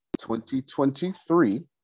2023